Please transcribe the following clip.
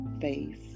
face